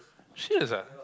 serious ah